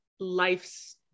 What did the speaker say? life's